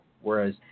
whereas